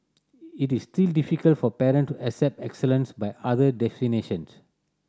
it is still difficult for parent to accept excellence by other definitions